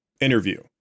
Interview